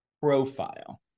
profile